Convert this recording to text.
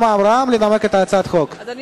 אדוני